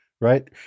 right